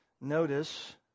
Notice